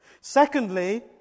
Secondly